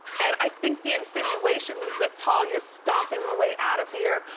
and i think the insinuation was that talia's stomping her way out of here.